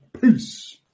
Peace